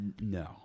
No